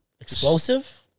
Explosive